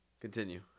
Continue